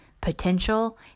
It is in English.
potential